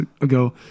ago